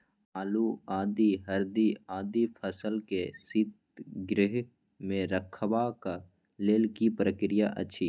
आलू, आदि, हरदी आदि फसल के शीतगृह मे रखबाक लेल की प्रक्रिया अछि?